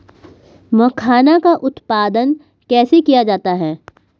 मखाना का उत्पादन कैसे किया जाता है?